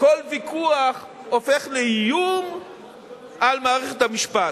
הופך להיות איום על מערכת המשפט.